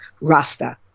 Rasta